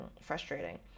frustrating